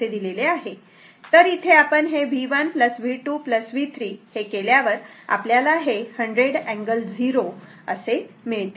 92 आहे तर इथे आपण V1 V2 V3असे केल्यावर हे आपल्याला 100 अँगल 0 o असे मिळते